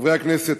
חברי הכנסת,